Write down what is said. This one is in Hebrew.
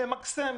נמקסם.